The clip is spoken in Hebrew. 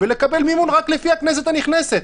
ולקבל מימון רק לפי הכנסת הנכנסת.